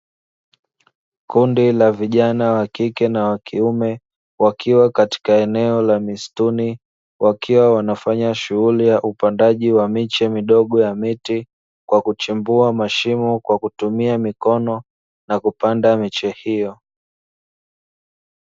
Kundi la vijana wakike na wakiume wakiwa katika eneo la msituni wakiwa wanafanya shughuli ya upandaji wa miche midogo ya miti kwa kuchimbua mashimo kwa kutumia mikono na kupanda miche hiyo.